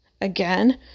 again